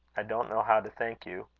i don't know how to thank you.